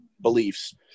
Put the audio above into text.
beliefs